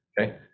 okay